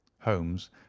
Holmes